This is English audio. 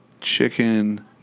chicken